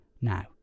now